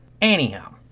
Anyhow